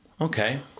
okay